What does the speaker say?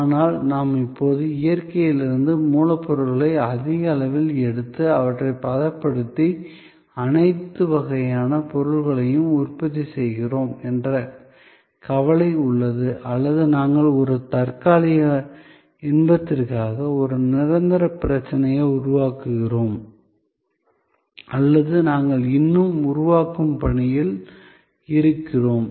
ஆனால் நாம் இப்போது இயற்கையிலிருந்து மூலப்பொருட்களை அதிக அளவில் எடுத்து அவற்றை பதப்படுத்தி அனைத்து வகையான பொருட்களையும் உற்பத்தி செய்கிறோம் என்ற கவலை உள்ளது அல்லது நாங்கள் ஒரு தற்காலிக இன்பத்திற்காக ஒரு நிரந்தர பிரச்சனையை உருவாக்குகிறோம் அல்லது நாங்கள் இன்னும் உருவாக்கும் பணியில் இருக்கிறோம்